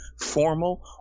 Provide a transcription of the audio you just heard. formal